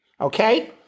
okay